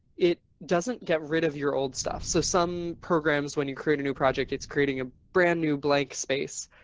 it doesn't get rid of your old stuff. so some programs when you create a new project, it's creating a brand new blank space.